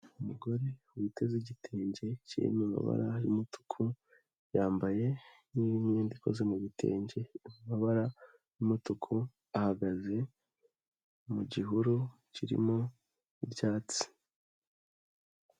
Umugore witeze igitenge kiri mu mabara y'umutuku yambaye n'imyenda ikoze mu gitenge, amabara n'umutuku ahagaze mu gihuru kirimo ibyatsi.